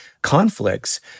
conflicts